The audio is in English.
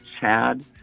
chad